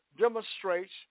demonstrates